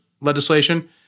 legislation